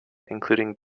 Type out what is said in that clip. including